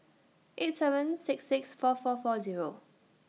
eight seven six six four four four Zero